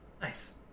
Nice